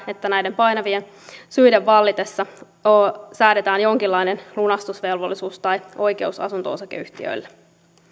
että näiden painavien syiden vallitessa säädetään jonkinlainen lunastusvelvollisuus tai oikeus asunto osakeyhtiöille